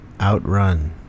Outrun